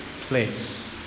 place